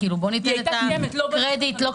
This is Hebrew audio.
קיימת.